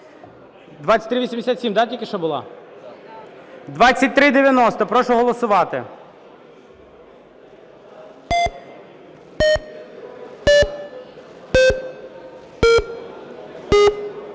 2387 тільки що була? 2390. Прошу голосувати.